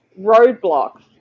roadblocks